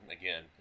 again